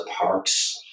Parks